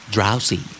DROWSY